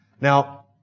Now